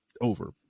over